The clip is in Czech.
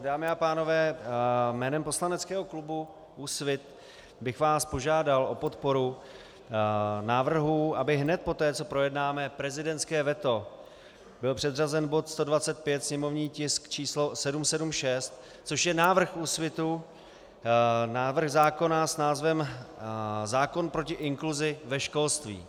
Dámy a pánové, jménem poslaneckého klubu Úsvit bych vás požádal o podporu návrhu, aby hned poté, co projednáme prezidentské veto, byl předřazen bod 125, sněmovní tisk 776, což je návrh Úsvitu, návrh zákona s názvem zákon proti inkluzi ve školství.